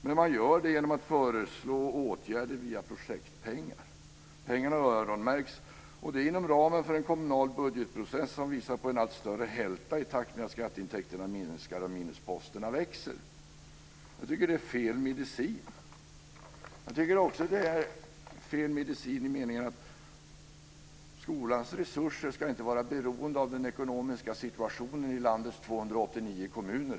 Man gör det dock genom att föreslå åtgärder via projektpengar, och pengarna har öronmärkts; detta inom ramen för en kommunal budgetprocess som visar på en allt större hälta i takt med att skatteintäkterna minskar och minusposterna växer. Jag tycker att det är fel medicin. Det är fel medicin också i den meningen att skolans resurser inte ska vara beroende av den ekonomiska situationen i landets 289 kommuner.